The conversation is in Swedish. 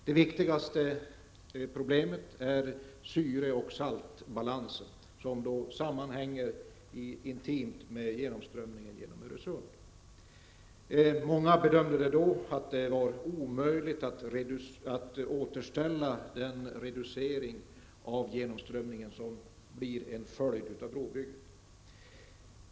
Det viktigaste problemet är syre och saltbalansen, som intimt sammanhänger med genomströmningen genom Öresund. Många bedömde då att det var omöjligt att åstadkomma den reducering av genomströmningen som blir en följd av brobygget.